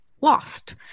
lost